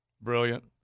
Brilliant